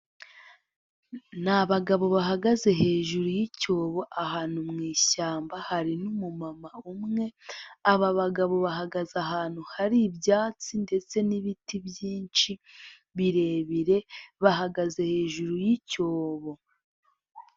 Ni abagabo bahagaze hejuru y'icyobo ahantu mu ishyamba hari n'umumama umwe, aba bagabo bahagaze ahantu hari ibyatsi ndetse n'ibiti byinshi birebire, bahagaze hejuru y'icyobo.